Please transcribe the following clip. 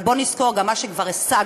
אבל בואו נזכור גם מה שכבר השגנו.